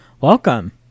Welcome